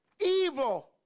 evil